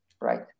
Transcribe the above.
right